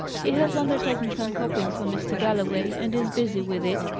he has undertaken some copying for mr. galloway, and is busy with it,